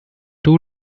two